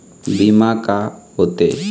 बीमा का होते?